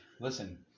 Listen